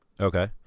okay